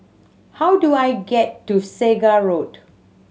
how do I get to Segar Road